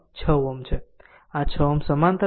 આમ આ 6 Ω સમાંતર હશે